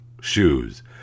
shoes